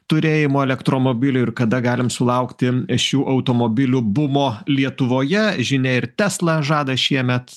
turėjimo elektromobilio ir kada galim sulaukti šių automobilių bumo lietuvoje žinia ir tesla žada šiemet